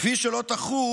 כפי שלא תחול